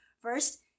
First